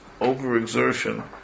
overexertion